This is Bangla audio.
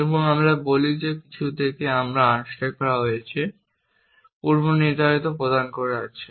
এবং আমরা বলি যে কিছু থেকে একটি আনস্ট্যাক করা একটি পূর্বনির্ধারণ প্রদান করছে